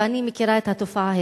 ואני מכירה את התופעה היטב.